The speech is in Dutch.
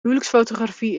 huwelijksfotografie